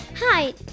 Hi